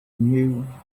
knew